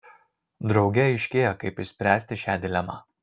drauge aiškėja kaip išspręsti šią dilemą